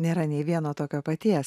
nėra nei vieno tokio paties